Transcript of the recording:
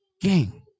gang